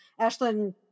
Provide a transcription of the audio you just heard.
Ashlyn